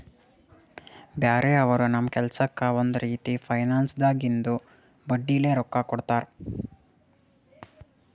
ಬ್ಯಾರೆ ಅವರು ನಮ್ ಕೆಲ್ಸಕ್ಕ್ ಒಂದ್ ರೀತಿ ಫೈನಾನ್ಸ್ದಾಗಿಂದು ಬಡ್ಡಿಲೇ ರೊಕ್ಕಾ ಕೊಡ್ತಾರ್